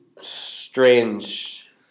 strange